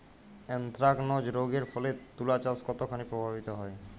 Anthracnose রোগ এর ফলে তুলাচাষ কতখানি প্রভাবিত হয়?